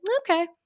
okay